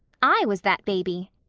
i was that baby.